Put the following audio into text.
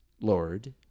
Lord